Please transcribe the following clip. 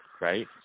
Right